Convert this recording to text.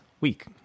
week